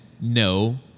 no